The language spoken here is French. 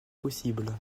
possible